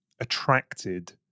attracted